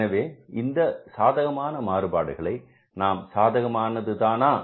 எனவே இந்த சாதகமான மாறுபாடுகளை நாம் சாதகமானது தானா